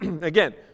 again